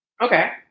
Okay